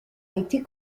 été